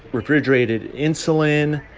refrigerated insulin.